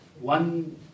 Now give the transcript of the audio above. one